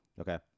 Okay